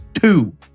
two